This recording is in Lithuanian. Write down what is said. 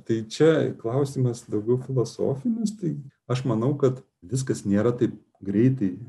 tai čia klausimas daugiau filosofinis tai aš manau kad viskas nėra taip greitai